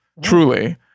Truly